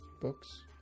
books